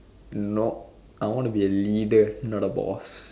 nope I want to be a leader not a boss